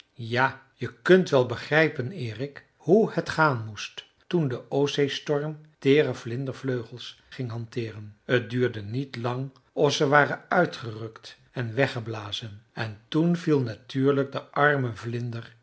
ja je kunt wel begrijpen erik hoe het gaan moest toen de oostzeestorm teere vlindervleugels ging hanteeren t duurde niet lang of ze waren uitgerukt en weggeblazen en toen viel natuurlijk de arme vlinder